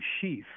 sheath